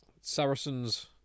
Saracens